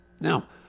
now